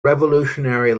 revolutionary